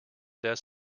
death